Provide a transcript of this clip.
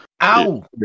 Ow